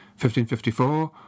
1554